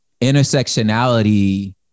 intersectionality